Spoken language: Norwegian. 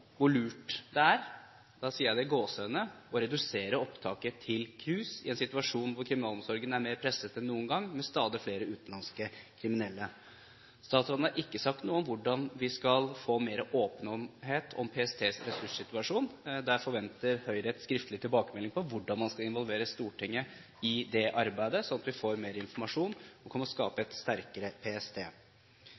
hvor «lurt» det er å redusere opptaket til KRUS i en situasjon der kriminalomsorgen er mer presset enn noen gang, med stadig flere utenlandske kriminelle. Statsråden har ikke sagt noe om hvordan vi skal få mer åpenhet om PSTs ressurssituasjon. Høyre forventer en skriftlig tilbakemelding om hvordan man skal involvere Stortinget i det arbeidet, slik at vi får mer informasjon og kan skape